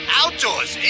outdoors